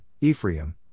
Ephraim